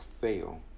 fail